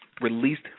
released